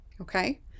okay